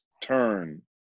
turn